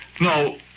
No